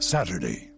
Saturday